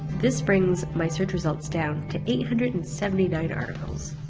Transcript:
this brings my search results down to eight hundred and seventy nine articles.